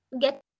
get